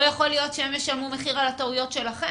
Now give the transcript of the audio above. לא יכול להיות שהם ישלמו מחיר על הטעויות שלכם.